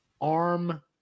arm